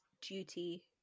duty